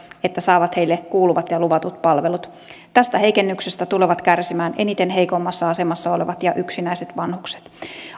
että saavat heille kuuluvat ja luvatut palvelut tästä heikennyksestä tulevat kärsimään eniten heikoimmassa asemassa olevat ja yksinäiset vanhukset